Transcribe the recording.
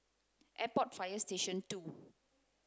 Airport Fire Station two